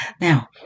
Now